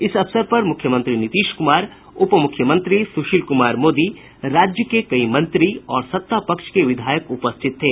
इस अवसर पर मुख्यमंत्री नीतीश कुमार उपमुख्यमंत्री सुशील कुमार मोदी राज्य के कई मंत्री और सत्तापक्ष के विधायक उपस्थित थे